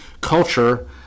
culture